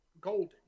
golden